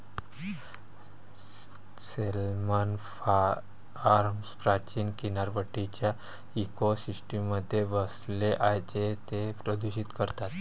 salmon farms प्राचीन किनारपट्टीच्या इकोसिस्टममध्ये बसले आहेत जे ते प्रदूषित करतात